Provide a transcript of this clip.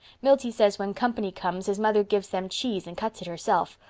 milty says when company comes his mother gives them cheese and cuts it herself.